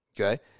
Okay